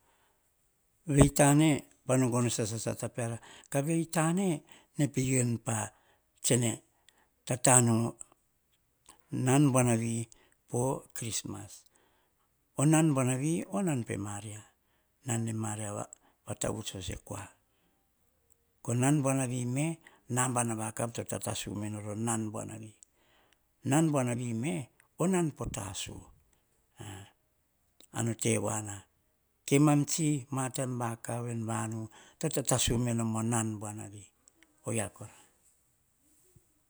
Vei ta ne no gono sasa a sata peara, ka vei tane, nene pe u enu pa tsene tota nu o nan buanavi o krismas. O nan buanavi, o nan pe maria. Nan ne maria vatavuts voso e kua. Nan buanavi me, nabana vakav to tatasus me nor o nan buanavi. Nan buanavi me, o nan po tasu a no te voana. Emam tsi, en vanu, to tatasu tsuk noma o nan buanavi, oyio kora.